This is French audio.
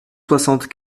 soixante